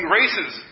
races